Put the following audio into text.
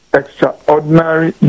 extraordinary